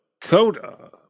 coda